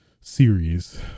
series